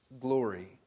glory